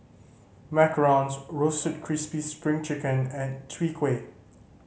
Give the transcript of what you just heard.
Macarons Roasted Crispy Spring Chicken and Chwee Kueh